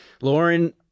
Lauren